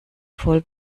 voll